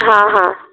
हां हां